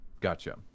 gotcha